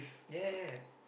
ya